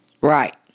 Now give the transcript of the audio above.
Right